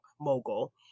mogul